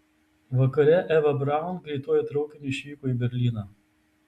vakare eva braun greituoju traukiniu išvyko į berlyną